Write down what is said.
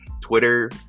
Twitter